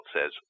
says